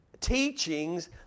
teachings